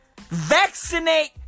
Vaccinate